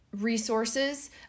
resources